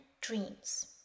dreams